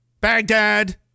Baghdad